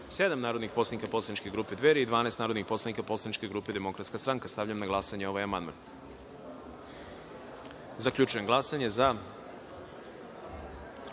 narodnih poslanik poslaničke grupe Dveri i 12 narodnih poslanika poslaničke grupe Demokratska stranka. Stavljam na glasanje ovaj amandman. Zaključujem glasanje i